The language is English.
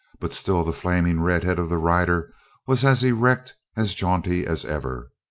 but still the flaming red head of the rider was as erect, as jaunty as ever.